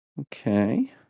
Okay